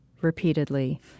repeatedly